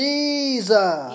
Jesus